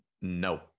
no